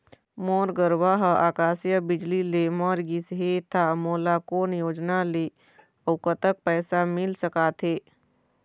मोर गरवा हा आकसीय बिजली ले मर गिस हे था मोला कोन योजना ले अऊ कतक पैसा मिल सका थे?